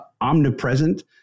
omnipresent